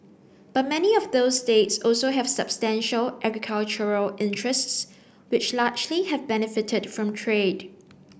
but many of those states also have substantial agricultural interests which largely have benefited from trade